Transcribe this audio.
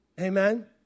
Amen